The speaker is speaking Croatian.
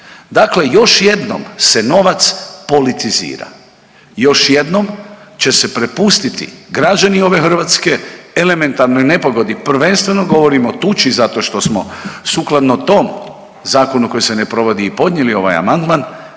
Dakle, još jednom se novac politizira, još jednom će se prepustiti građani ove Hrvatske elementarnoj nepogodi, prvenstveno govorim o tuči zato što smo sukladno tom zakonu koji se ne provodi i podnijeli ovaj amandman